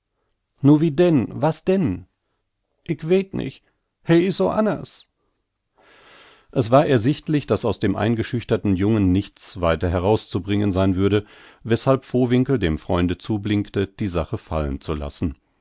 nu wie denn was denn ick weet nich he is so anners es war ersichtlich daß aus dem eingeschüchterten jungen nichts weiter herauszubringen sein würde weßhalb vowinkel dem freunde zublinkte die sache fallen zu lassen